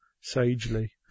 sagely